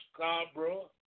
Scarborough